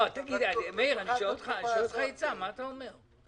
מה אתה אומר?